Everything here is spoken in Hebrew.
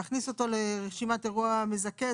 להכניס אותו לרשימת אירוע מזכה?